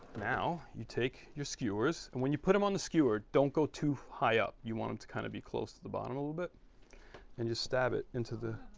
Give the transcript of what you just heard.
now you take your skewers and when you put them on the skewer don't go too high up. you want them to kind of be close to the bottom a little bit and just stab it into the.